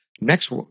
next